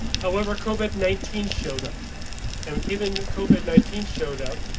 however, covid nineteen showed up and given covid nineteen showed up.